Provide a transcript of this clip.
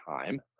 time